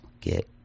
get